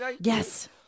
Yes